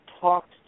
talked